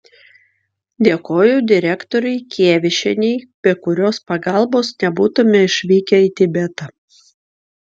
dėkoju direktorei kievišienei be kurios pagalbos nebūtume išvykę į tibetą